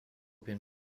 been